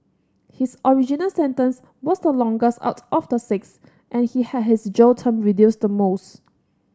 his original sentence was the longest out of the six and he had his jail term reduced the most